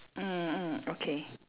mm mm okay